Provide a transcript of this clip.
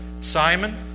Simon